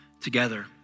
together